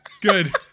Good